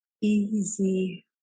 easy